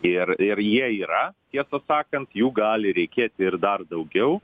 ir ir jie yra tiesą sakant jų gali reikėti ir dar daugiau